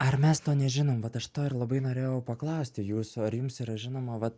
ar mes to nežinom vat aš to ir labai norėjau paklausti jūsų ar jums yra žinoma vat